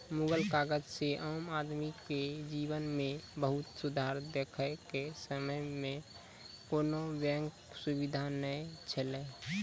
मुगल काजह से आम आदमी के जिवन मे बहुत सुधार देखे के समय मे कोनो बेंक सुबिधा नै छैले